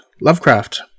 Lovecraft